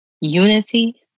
unity